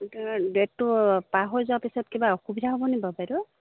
ডেটটো পাৰ হৈ যোৱাৰ পিছত কিবা অসুবিধা হ'ব নি বাৰু বাইদেউ